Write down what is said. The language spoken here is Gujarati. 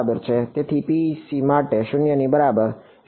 તેથી પીઈસી માટે 0 ની બરાબર